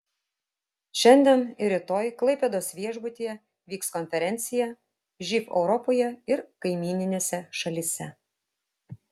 šiandien ir rytoj klaipėdos viešbutyje vyks konferencija živ europoje ir kaimyninėse šalyse